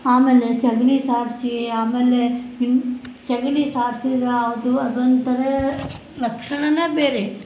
ಆಮೇಲೆ ಸಗಣಿ ಸಾರಿಸಿ ಆಮೇಲೆ ಸಗಣಿ ಸಾರ್ಸಿರೆ ಅದು ಅದೊಂಥರ ಲಕ್ಷಣನೆ ಬೇರೆ